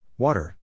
Water